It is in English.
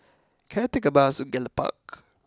can I take a bus to Gallop Park